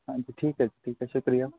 ਠੀਕ ਐ ਸ਼ੁਕਰੀਆ